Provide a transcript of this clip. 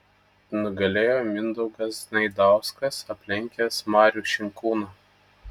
nugalėjo mindaugas znaidauskas aplenkęs marių šinkūną